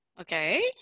Okay